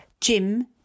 Jim